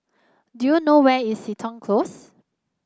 do you know where is Seton Close